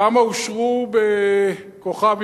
כמה אושרו בכוכב-יעקב,